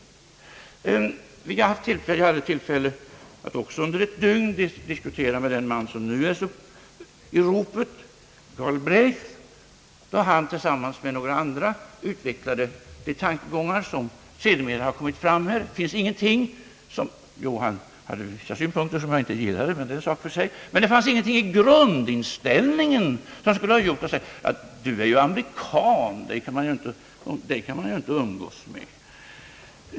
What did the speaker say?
Jag hade också tillfälle att under ett dygn diskutera med den man som nu är i ropet, Galbraith, och han utvecklade då tillsammans med några andra de tankegångar som sedermera har kommit fram här. Han hade vissa synpunkter som jag inte gillade — det är en sak för sig — men det fanns ingenting i grundinställningen som skulle ha gjort att man velat säga: Du är ju amerikan, dig kan man inte umgås med.